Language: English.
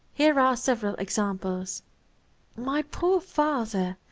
here are several examples my poor father!